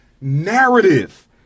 narrative